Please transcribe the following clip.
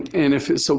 and if so,